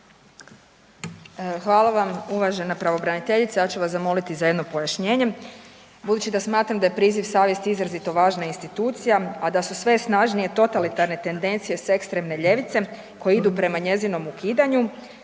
Hvala vam. Uvažena pravobraniteljice, ja ću vas zamoliti za jedno pojašnjenje. Budući da smatram da je priziv savjesti izrazito važna institucija, a da su sve snažnije totalitarne tendencije sa ekstremne ljevice koje idu prema njezinom ukidanju